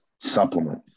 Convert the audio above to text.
supplement